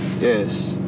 Yes